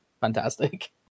Fantastic